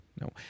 No